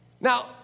Now